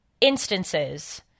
instances